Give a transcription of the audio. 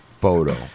photo